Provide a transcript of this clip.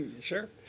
sure